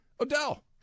Odell